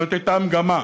זאת הייתה המגמה.